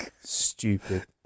Stupid